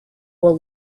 will